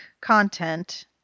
content